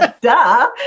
Duh